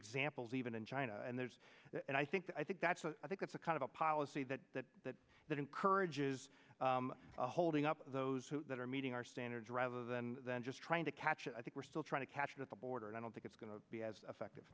examples even in china and there's and i think i think that's i think it's a kind of a policy that that that that encourage is holding up those that are meeting our standards rather than just trying to catch i think we're still trying to catch at the border and i don't think it's going to be as effective